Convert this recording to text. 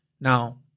Now